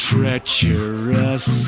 Treacherous